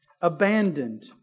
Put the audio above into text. Abandoned